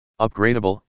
upgradable